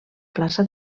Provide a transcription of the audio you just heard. plaça